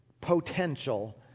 potential